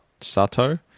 Sato